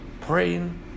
praying